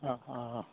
অঁ অঁ অঁ